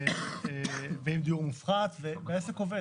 והעסק עובד.